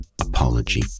apology